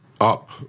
up